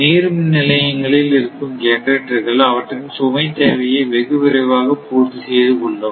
நீர் மின் நிலையங்களில் இருக்கும் ஜெனரேட்டர்கள் அவற்றின் சுமை தேவையை வெகு விரைவாக பூர்த்தி செய்து கொள்ளும்